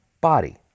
body